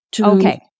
Okay